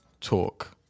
talk